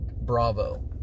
Bravo